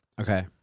Okay